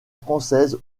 française